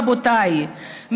רבותיי,